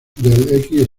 del